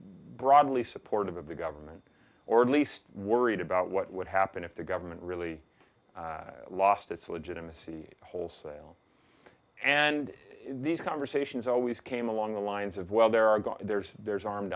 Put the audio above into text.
broadly supportive of the government or at least worried about what would happen if the government really lost its legitimacy wholesale and these conversations always came along the lines of well there are going there's there's armed